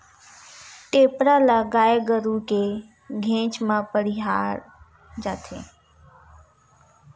टेपरा ल गाय गरु के घेंच म पहिराय जाथे